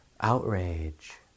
outrage